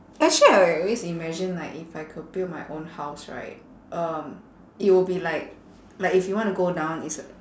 actually I always imagine like if I could build my own house right um it'll be like like if you want to go down it's a